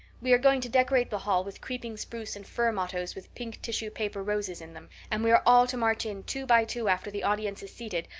we are going to decorate the hall with creeping spruce and fir mottoes with pink tissue-paper roses in them. and we are all to march in two by two after the audience is seated,